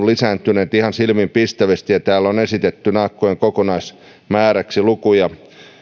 lisääntyneet ihan silmiinpistävästi ja täällä on esitetty naakkojen kokonaismääräksi lukuja